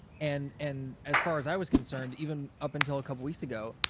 and and as far as i was concerned, even up until a couple weeks ago,